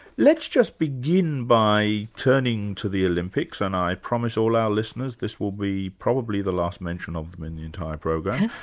let's just begin by turning to the olympics, and i promise all our listeners this will be probably the last mention of them in the entire program.